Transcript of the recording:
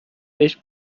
بهش